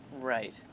Right